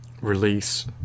release